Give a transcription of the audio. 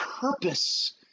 purpose